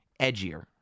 edgier